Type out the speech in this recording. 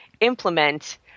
implement